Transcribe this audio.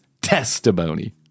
testimony